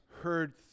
heard